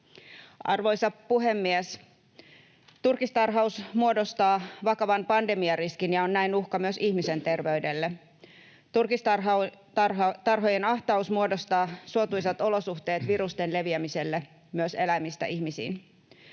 Arvoisa puhemies! Turkistarhaus muodostaa vakavan pandemiariskin ja on näin uhka myös ihmisen terveydelle. Turkistarhojen ahtaus muodostaa suotuisat olosuhteet virusten leviämiselle myös eläimistä ihmisiin.